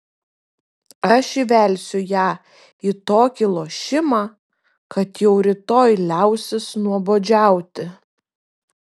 aš įvelsiu ją į tokį lošimą kad jau rytoj liausis nuobodžiauti